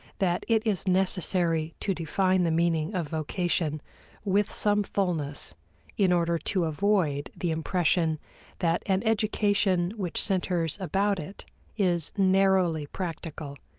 that it is necessary to define the meaning of vocation with some fullness in order to avoid the impression that an education which centers about it is narrowly practical,